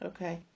Okay